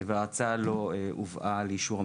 וההצעה לא הובאה לאישור הממשלה.